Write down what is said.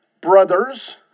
brothers